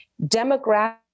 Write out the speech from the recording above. demographic